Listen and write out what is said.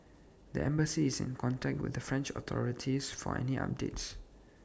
the embassy is in contact with the French authorities for any updates